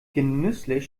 genüsslich